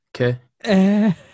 okay